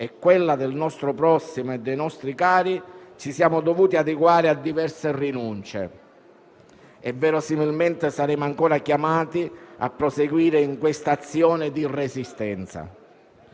e quella del nostro prossimo e dei nostri cari, ci siamo dovuti adeguare a diverse rinunce e, verosimilmente, saremo ancora chiamati a proseguire in questa azione di resistenza.